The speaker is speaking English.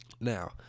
Now